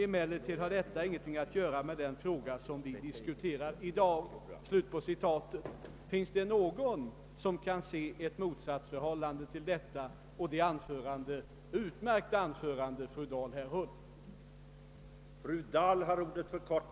Emellertid har detta ingenting att göra med den fråga som vi diskuterar i dag.» Kan någon se något motsatsförhållande mellan detta uttalande och det utmärkta anförande som fru Dahl hållit?